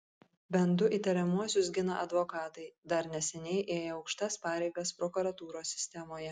bent du įtariamuosius gina advokatai dar neseniai ėję aukštas pareigas prokuratūros sistemoje